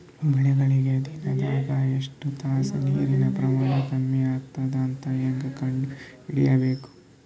ಬೆಳಿಗಳಿಗೆ ದಿನದಾಗ ಎಷ್ಟು ತಾಸ ನೀರಿನ ಪ್ರಮಾಣ ಕಮ್ಮಿ ಆಗತದ ಅಂತ ಹೇಂಗ ಕಂಡ ಹಿಡಿಯಬೇಕು?